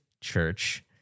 Church